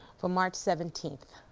for march seventeenth,